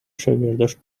شاگرداش